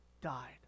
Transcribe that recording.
died